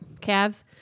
calves